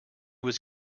was